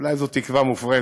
אולי זאת תקווה מופרזת,